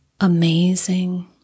amazing